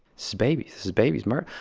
so babies. this is babies murdered.